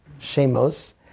Shemos